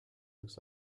looks